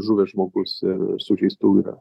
žuvęs žmogus ir sužeistų yra